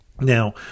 Now